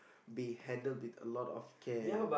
they handle with a lot of can